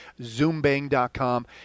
ZoomBang.com